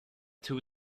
two